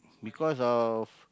because of